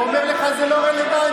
הוא אומר לך: זה לא רלוונטי.